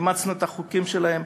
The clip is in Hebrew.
אימצנו את החוקים שלהן,